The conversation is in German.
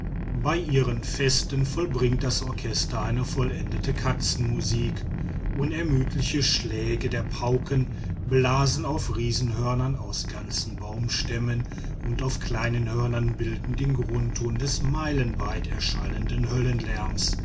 bei ihren festen vollbringt das orchester eine vollendete katzenmusik unermüdliche schläge der pauken blasen auf riesenhörnern aus ganzen baumstämmen und auf kleinen hörnern bilden den grundton des meilenweit erschallenden höllenlärms